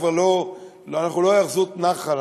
אנחנו לא היאחזות נח"ל,